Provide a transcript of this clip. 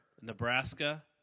Nebraska